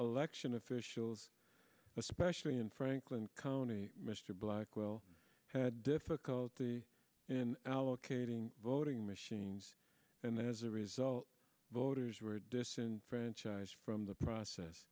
election officials especially in franklin county mr blackwell had difficulty in allocating voting machines and then as a result voters were franchise from the process